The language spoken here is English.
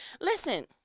Listen